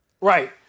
Right